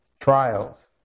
trials